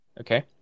okay